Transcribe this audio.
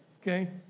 Okay